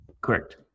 Correct